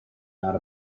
not